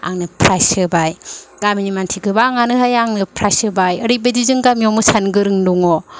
आंनो प्राइज होबाय गामिनि मानसि गोबां आनो हाय आंनो प्राइज होबाय ओरैबादि जों गामियाव मोसानो गोरों दङ